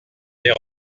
des